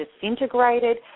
disintegrated